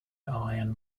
iron